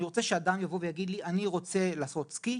אני רוצה שאדם יבוא ויגיד לי "אני רוצה לעשות סקי",